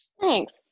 thanks